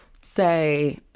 say